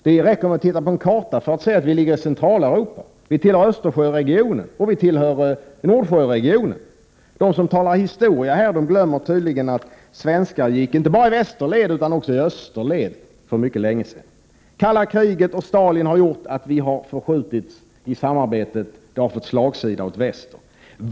Det räcker med att titta på en karta för att se att Sverige ligger i Centraleuropa och tillhör Östersjöregionen och Nordsjöregionen. De som här talar historia glömmer tydligen att svenskar for inte bara i västerled utan också i österled för mycket länge sedan. Det kalla kriget och Stalin har gjort att Sverige har förskjutits i samarbetet, som har fått slagsida åt väster.